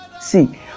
See